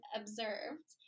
observed